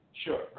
Sure